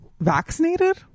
vaccinated